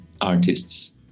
artists